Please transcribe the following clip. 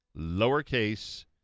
lowercase